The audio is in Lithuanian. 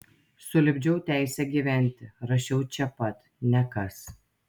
sulipdžiau teisę gyventi rašiau čia pat nekas